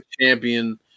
Champion